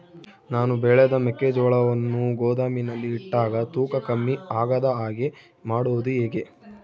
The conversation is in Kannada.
ನಾನು ಬೆಳೆದ ಮೆಕ್ಕಿಜೋಳವನ್ನು ಗೋದಾಮಿನಲ್ಲಿ ಇಟ್ಟಾಗ ತೂಕ ಕಮ್ಮಿ ಆಗದ ಹಾಗೆ ಮಾಡೋದು ಹೇಗೆ?